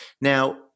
Now